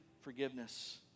forgiveness